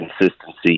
consistency